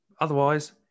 Otherwise